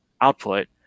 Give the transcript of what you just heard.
output